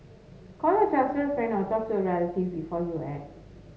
call a trusted friend or talk to a relative before you act